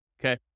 Okay